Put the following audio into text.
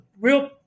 real